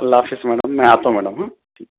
اللہ حافظ میڈم میں آتا ہوں میڈم